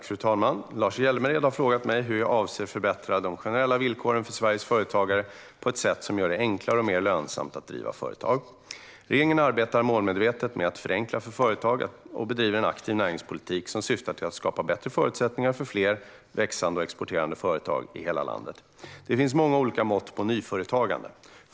Fru talman! Lars Hjälmered har frågat mig hur jag avser att förbättra de generella villkoren för Sveriges företagare på ett sådant sätt att det blir enklare och mer lönsamt att driva företag. Regeringen arbetar målmedvetet med att förenkla för företag och bedriver en aktiv näringspolitik som syftar till att skapa bättre förutsättningar för fler, växande och exporterande företag i hela landet. Det finns många olika mått på nyföretagande.